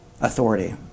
authority